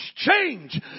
Change